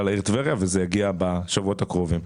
לגבי העיר טבריה וזה יהיה בשבועות הקרובים.